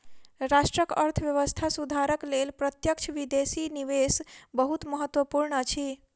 राष्ट्रक अर्थव्यवस्था सुधारक लेल प्रत्यक्ष विदेशी निवेश बहुत महत्वपूर्ण अछि